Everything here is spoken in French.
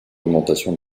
augmentation